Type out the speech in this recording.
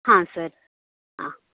ಹಾಂ ಸರ್ ಹಾಂ